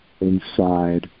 inside